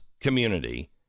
community